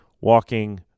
walking